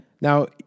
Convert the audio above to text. Now